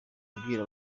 abwira